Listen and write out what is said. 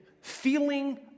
feeling